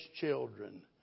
children